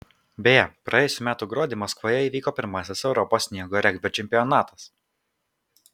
beje praėjusių metų gruodį maskvoje įvyko pirmasis europos sniego regbio čempionatas